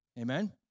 Amen